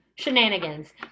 Shenanigans